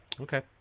Okay